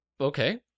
Okay